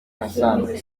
hassan